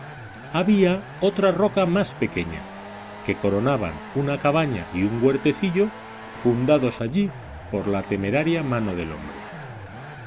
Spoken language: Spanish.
había otra roca más pequeña que coronaban una cabaña y un huertecillo fundados allí por la temeraria mano del hombre